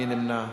מי נמנע?